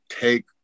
take